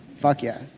fuck yeah,